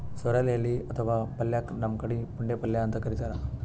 sorrel ಎಲಿ ಅಥವಾ ಪಲ್ಯಕ್ಕ್ ನಮ್ ಕಡಿ ಪುಂಡಿಪಲ್ಯ ಅಂತ್ ಕರಿತಾರ್